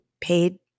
paid